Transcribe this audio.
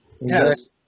Yes